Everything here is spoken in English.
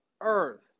earth